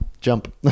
Jump